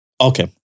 Okay